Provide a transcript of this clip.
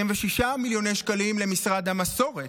26 מיליון שקלים למשרד המסורת.